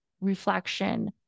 reflection